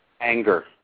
anger